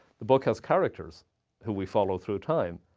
the book has characters who we follow through time.